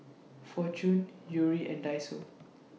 Fortune Yuri and Daiso